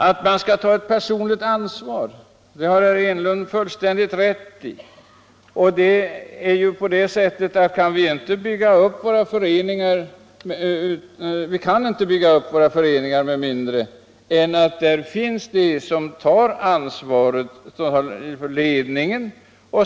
Att man skall ta personligt ansvar har herr Enlund fullständigt rätt i. Vi kan inte bygga upp våra föreningar med mindre än att det i ledningen finns folk som tar sitt ansvar.